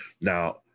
now